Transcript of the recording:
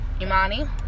Imani